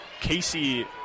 Casey